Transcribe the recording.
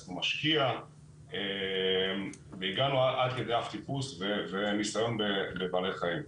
גייסנו משקיע והגענו עד כדי אב טיפוס וניסיון בבעלי חיים.